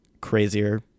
crazier